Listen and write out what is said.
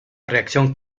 reacción